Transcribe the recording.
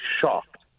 shocked